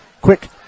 quick